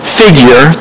figure